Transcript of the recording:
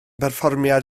berfformiad